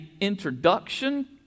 introduction